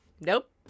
Nope